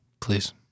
Please